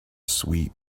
sweet